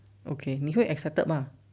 okay 你会 excited 吗